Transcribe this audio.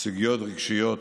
סוגיות רגשיות